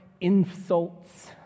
insults